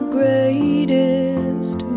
greatest